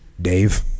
Dave